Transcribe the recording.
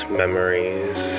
memories